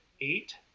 eight